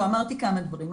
אמרתי כמה דברים.